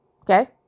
okay